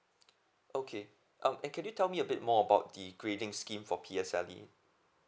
okay um and can you tell me a bit more about the grading scheme for P_S_L_E